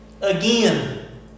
Again